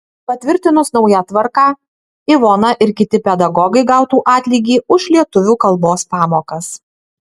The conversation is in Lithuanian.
patvirtinus naują tvarką ivona ir kiti pedagogai gautų atlygį už lietuvių kalbos pamokas